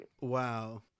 Wow